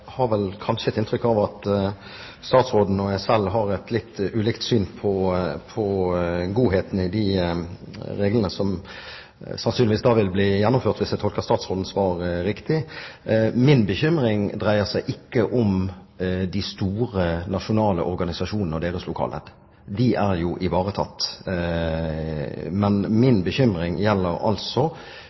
har vel kanskje et inntrykk av at statsråden og jeg har et litt ulikt syn på «godheten» i de reglene som sannsynligvis vil bli gjennomført, hvis jeg tolker statsrådens svar riktig. Min bekymring dreier seg ikke om de store, nasjonale organisasjonene og deres lokalledd. De er ivaretatt. Min bekymring gjelder